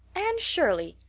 anne shirley!